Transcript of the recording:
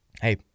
Hey